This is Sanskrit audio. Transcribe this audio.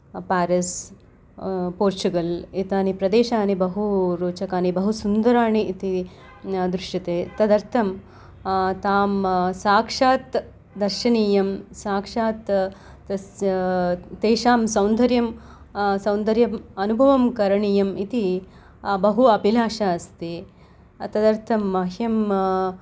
पारिस् पोर्चुगल् एतानि प्रदेशानि बहु रोचकानि बहु सुन्दराणि इति दृश्यते तदर्थं तां साक्षात् दर्शनीयं साक्षात् तस्य तेषां सौन्दर्यं सौन्दर्यम् अनुभवं करणीयम् इति बहु अभिलाषा अस्ति तदर्थं मह्यं